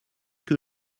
que